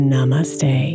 Namaste